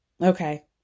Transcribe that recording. Okay